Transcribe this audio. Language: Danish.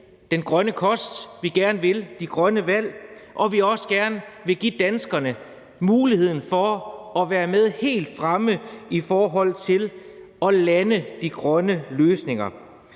den grønne kost, at vi gerne vil de grønne valg, og at vi også gerne vil give danskerne muligheden for at være med helt fremme i forhold til at lande de grønne løsninger.